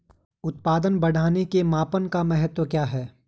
उत्पादन बढ़ाने के मापन का महत्व क्या है?